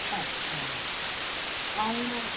अच्छा ऐं